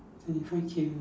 twenty five K only